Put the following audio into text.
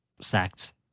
sacked